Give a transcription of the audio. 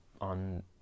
on